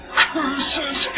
curses